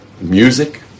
music